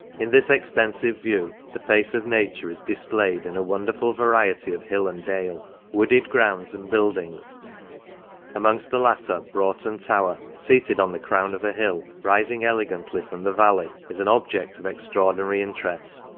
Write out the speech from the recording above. in this extensive view, the face of nature is dis played in a wonderful variety of hill and dale wooded grounds and buildings amongst the latter, broughton tower, seated on the crown of a hill, rising elegantly from the valley, is an object of extraordinary interest.